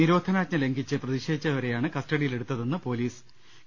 നിരോധനാജ്ഞ ലംഘിച്ച് പ്രതിഷേധിച്ചവരെയാണ് കസ്റ്റഡിയിലെടുത്തതെന്ന് പൊലീസ് ു